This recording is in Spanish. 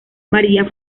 maría